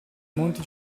monti